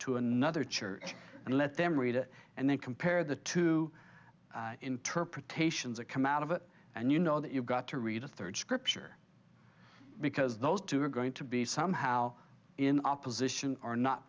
to another church and let them read it and then compare the two interpretations of come out of it and you know that you've got to read a third scripture because those two are going to be somehow in opposition are not